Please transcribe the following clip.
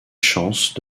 chances